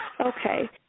Okay